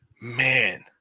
Man